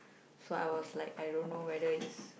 so I was like I don't know whether is